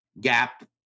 gap